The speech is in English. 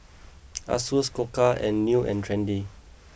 Asus Koka and New and Trendy